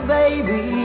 baby